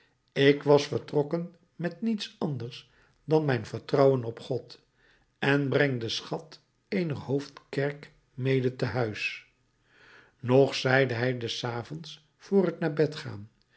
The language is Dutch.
ik was vertrokken met niets anders dan mijn vertrouwen op god en breng den schat eener hoofdkerk mede te huis nog zeide hij des avonds vr t naar bed gaan